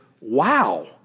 wow